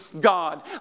God